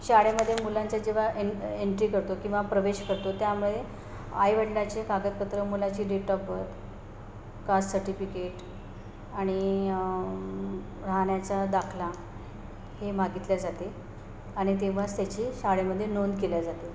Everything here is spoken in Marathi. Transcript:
शाळेमध्ये मुलांच्या जेव्हा एन एनट्री करतो किंवा प्रवेश करतो त्यामुळे आई वडिलाचे कागदपत्रं मुलाची date of birth caste certificate आणि राहण्याचा दाखला हे मागितल्या जाते आणि तेव्हाच त्याची शाळेमध्ये नोंद केल्या जाते